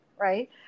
right